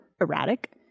erratic